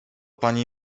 pani